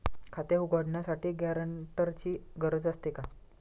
खाते उघडण्यासाठी गॅरेंटरची गरज असते का?